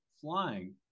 flying